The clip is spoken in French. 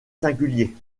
singulier